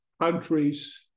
countries